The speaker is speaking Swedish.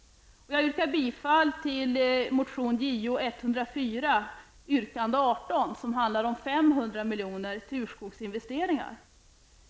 milj.kr. till urskogsinvesteringar.